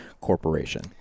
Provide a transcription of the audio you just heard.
corporation